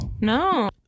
No